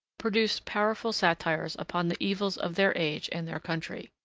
produced powerful satires upon the evils of their age and their country.